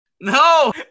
No